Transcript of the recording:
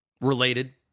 related